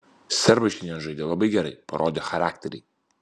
serbai šiandien žaidė labai gerai parodė charakterį